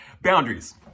boundaries